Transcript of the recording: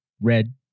red